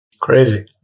Crazy